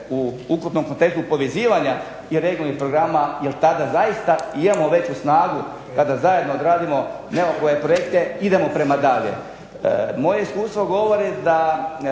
razumije se./… povezivanja i regionalnih programa, jer tada zaista imamo veću snagu, kada zajedno gradimo …/Ne razumije se./… projekte idemo prema dalje. Moje iskustvo govori da